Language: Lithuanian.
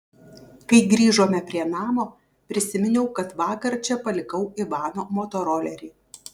kai grįžome prie namo prisiminiau kad vakar čia palikau ivano motorolerį